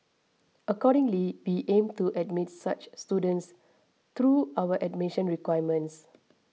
accordingly we aim to admit such students through our admission requirements